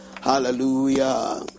Hallelujah